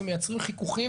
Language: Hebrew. הם מייצרים חיכוכים,